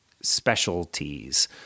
specialties